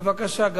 בבקשה.